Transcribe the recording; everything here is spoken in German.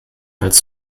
als